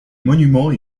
monument